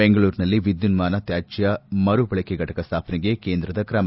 ಬೆಂಗಳೂರಿನಲ್ಲಿ ವಿದ್ಯುನ್ಮಾನ ತ್ಯಾಜ್ಯ ಮರುಬಳಕೆ ಫಟಕ ಸ್ಥಾಪನೆಗೆ ಕೇಂದ್ರದ ಕ್ರಮ